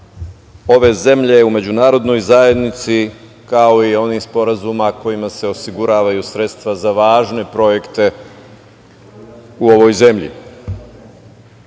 ove zemlje u međunarodnoj zajednici, kao i onih sporazuma kojima se osiguravaju sredstva za važne projekte u ovoj zemlji. Što